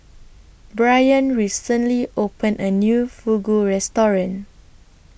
Brianne recently opened A New Fugu Restaurant